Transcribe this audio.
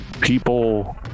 people